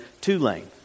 two-lane